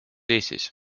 eestis